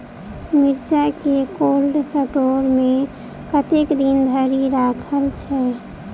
मिर्चा केँ cold store मे कतेक दिन धरि राखल छैय?